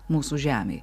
mūsų žemei